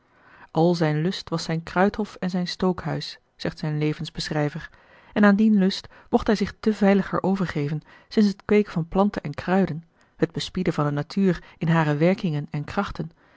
al zijn lust was zijn kruidhof en zijn stookhuis zegt zijn levensbeschrijver en aan dien lust mocht hij zich te veiliger overgeven sinds het kweeken van planten en kruiden het bespieden van de natuur in hare werkingen en krachten